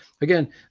Again